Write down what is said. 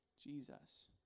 Jesus